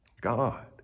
God